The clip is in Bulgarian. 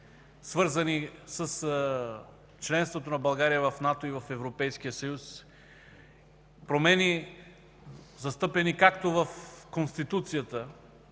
свързани с членството на България в НАТО и в Европейския съюз – промени застъпени както в Конституцията